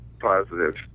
positive